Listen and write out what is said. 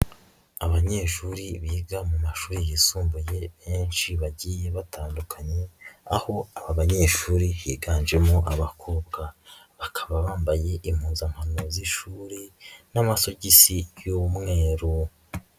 Abanyeshuri biga mu mashuri yisumbuye benshi bagiye batandukanye, aho aba banyeshuri higanjemo abakobwa, bakaba bambaye impuzankano z'ishuri n'amasogisi y'umweru.